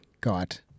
got